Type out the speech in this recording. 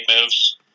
moves